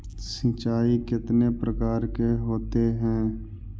सिंचाई कितने प्रकार के होते हैं?